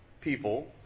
people